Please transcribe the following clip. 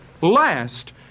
last